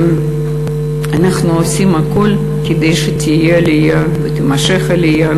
אנחנו עושים הכול כדי שתהיה עלייה ותימשך עלייה.